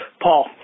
Paul